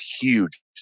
huge